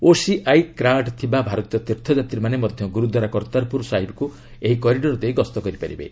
OCI card ଥିବା ଭାରତୀୟ ତୀର୍ଥଯାତ୍ରୀମାନେ ମଧ୍ୟ ଗୁରୁଦ୍ୱାରା କର୍ତ୍ତାରପୁର ସାହିବକୁ ଏହି କରିଡ଼ର ଦେଇ ଗସ୍ତ କରିପାରିବେ